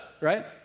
right